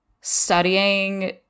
studying